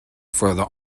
for